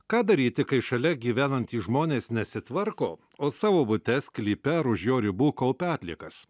ką daryti kai šalia gyvenantys žmonės nesitvarko o savo bute sklype ar už jo ribų kaupia atliekas